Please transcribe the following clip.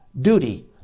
duty